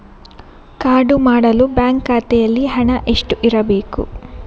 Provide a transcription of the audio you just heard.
Card ಮಾಡಲು bank ಖಾತೆಯಲ್ಲಿ ಹಣ ಎಷ್ಟು ಇರಬೇಕು?